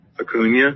Acuna